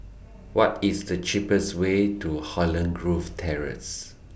What IS The cheapest Way to Holland Grove Terrace